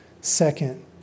Second